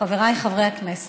חבריי חברי הכנסת,